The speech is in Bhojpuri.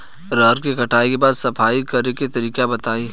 रहर के कटाई के बाद सफाई करेके तरीका बताइ?